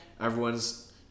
Everyone's